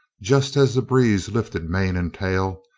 just as the breeze lifted mane and tail,